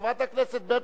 חברת הכנסת ברקוביץ,